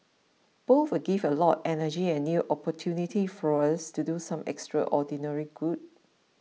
both will give a lot energy and new opportunity for us to do some extraordinary good